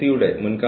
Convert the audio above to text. ആവാം ആവാതിരിക്കാം